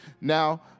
Now